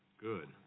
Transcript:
Good